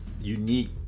unique